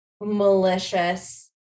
malicious